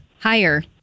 Higher